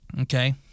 Okay